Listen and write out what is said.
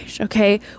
Okay